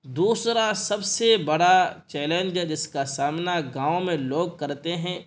دوسرا سب سے بڑا چیلنج جس کا سامنا گاؤں میں لوگ کرتے ہیں